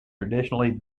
traditionally